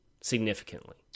significantly